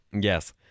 Yes